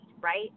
right